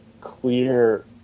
clear